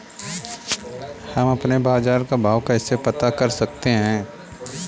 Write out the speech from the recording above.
हम अपने बाजार का भाव कैसे पता कर सकते है?